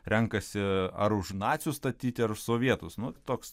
renkasi ar už nacius statyti ar sovietus nu toks